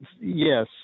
yes